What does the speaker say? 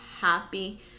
happy